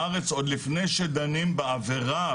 בארץ עוד לפני שדנים בעבירה,